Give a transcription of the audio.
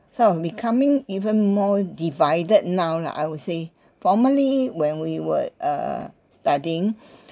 sort of becoming even more divided now lah I would say formerly when we were err studying